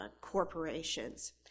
corporations